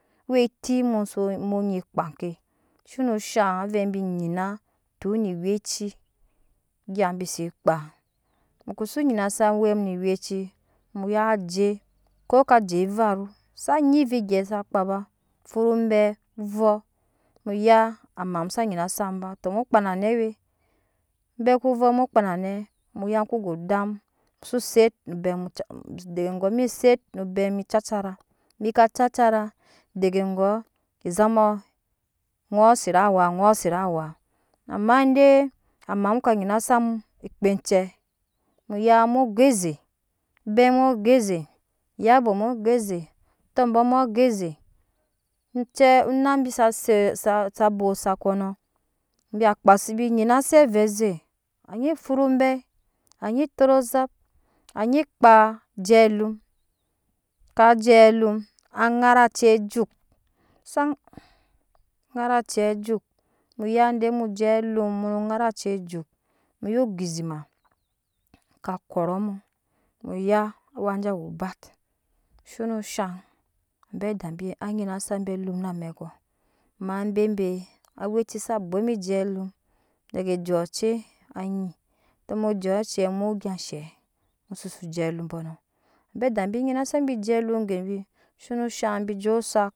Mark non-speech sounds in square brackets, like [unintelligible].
We eti muso munyi kpa ke shine shan avɛ bi nyina ton ne eweci egya bi se kpa mukose nyina awɛ mu ne eweci muya waje ko kaje evaru za nyi ovighe sa kpa ba futobai vo muy amam sa nyina sam ba to mu kpa na nɛ we obai ku vɔɔ mu kpa na nɛ mu kugo odam musu set no bɛm mu ca [hesitation] dege gɔɔ mi set no obɛmu mi cacava mi ka carcara dege goɔ ezamɔ nɔɔ set awa ŋɔɔ set awa ama de amam ka nyina samu kpaa ece muya mu geze bɛmu geze yabo mu gaze tobɔmu gaze ocɛɛ na bi sasa boo osakonɔ [unintelligible] kpa se bi nyina se avɛɛ ze anyi fut obai anyi totozap anyi kpa eje alum ka je alum dara acei juk san [noise] dara acei juk muya ogbizima ka kɔrɔ mu muya awaje we obat shino shaŋ abe adabi anyina sabi na amɛkɔ amma bebe sa bwomaje alum dege juth acei anyi to mu juk acei mu gya eshɛ mu sosi je a lum pɔɔnɔ abe adabi nyina sabi jealum gebi zheno shaŋ bije osak